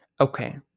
Okay